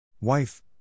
Wife